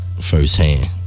firsthand